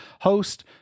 host